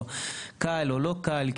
או קל או לא קל.